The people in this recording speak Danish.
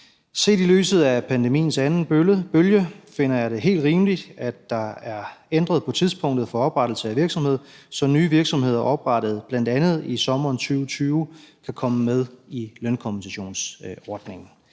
Set i lyset af pandemiens anden bølge finder jeg det helt rimeligt, at der er ændret på tidspunktet for oprettelse af virksomhed, så nye virksomheder oprettet bl.a. i sommeren 2020 kan komme med i lønkompensationsordningen.